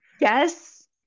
Yes